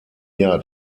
jahr